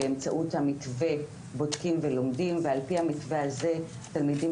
באמצעות המתווה בודקים ולומדים ועל פי המתווה הזה תלמידים